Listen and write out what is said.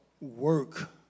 work